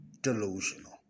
delusional